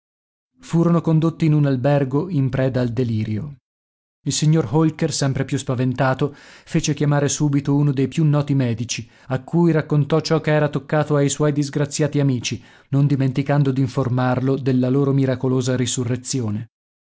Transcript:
furono condotti in un albergo in preda al delirio il signor holker sempre più spaventato fece chiamare subito uno dei più noti medici a cui raccontò ciò che era toccato ai suoi disgraziati amici non dimenticando d'informarlo della loro miracolosa risurrezione